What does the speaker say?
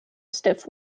stiff